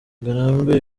ngarambe